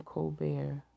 Colbert